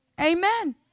Amen